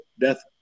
death